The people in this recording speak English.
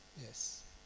Yes